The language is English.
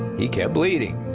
he kept bleeding.